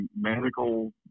medical